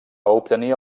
obtenir